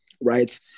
right